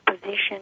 position